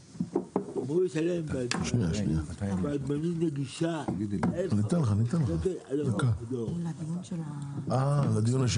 אמור לשלם ב --- נגישה 1500 שקל הלוך חזור,